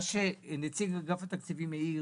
מה שנציג אגף התקציבים העיר